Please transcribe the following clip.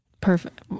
perfect